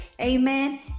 Amen